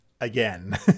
again